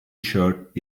shirt